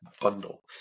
bundle